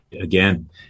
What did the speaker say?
Again